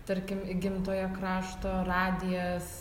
tarkim gimtojo krašto radijas